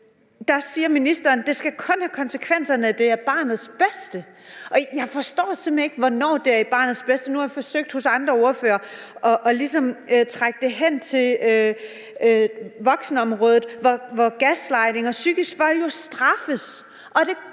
Der siger ministeren: Det skal kun have konsekvenser, når det er til barnets bedste. Jeg forstår simpelt hen ikke, hvornår det er til barnets bedste. Nu har jeg forsøgt hos andre ordførere ligesom at trække det hen til voksenområdet, hvor gaslightning og psykisk vold jo straffes,